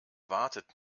wartet